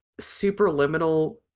Superliminal